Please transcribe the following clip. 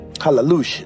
Hallelujah